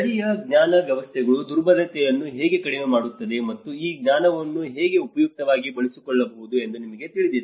ಸ್ಥಳೀಯ ಜ್ಞಾನ ವ್ಯವಸ್ಥೆಗಳು ದುರ್ಬಲತೆಯನ್ನು ಹೇಗೆ ಕಡಿಮೆ ಮಾಡುತ್ತವೆ ಮತ್ತು ಈ ಜ್ಞಾನವನ್ನು ಹೇಗೆ ಉಪಯುಕ್ತವಾಗಿ ಬಳಸಿಕೊಳ್ಳಬಹುದು ಎಂದು ನಿಮಗೆ ತಿಳಿದಿದೆ